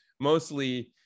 mostly